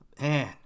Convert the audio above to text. Man